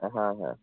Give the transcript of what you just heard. হা হা